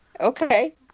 Okay